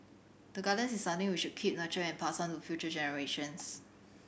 the gardens is something we should keep nurture and pass on to future generations